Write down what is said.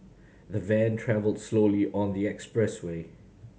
the van travelled slowly on the expressway